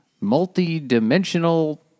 multi-dimensional